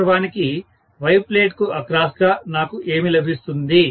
వాస్తవానికి Y plate కు across గా నాకు ఏమి లభిస్తుంది